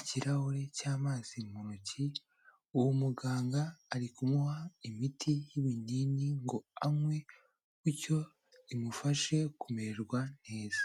ikirahure cy'amazi mu ntoki, uwo muganga ari kumuha imiti y'ibinini, ngo anywe, bityo imufashe kumererwa neza.